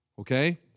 okay